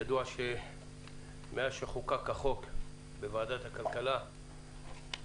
ידוע שמאז שחוקק החוק בוועדת הכלכלה,